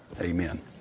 amen